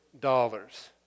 dollars